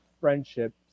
friendships